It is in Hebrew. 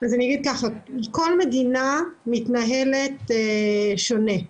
כל מדינה מתנהלת באופן שונה.